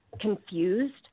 confused